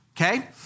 okay